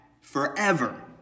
forever